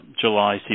July